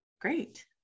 great